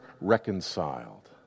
reconciled